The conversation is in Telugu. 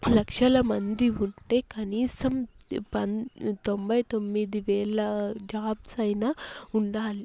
లక్షలమంది ఉంటే కనీసం పన్ తొంభై తొమ్మిది వేల జాబ్స్ అయిన ఉండాలి